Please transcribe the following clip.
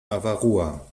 avarua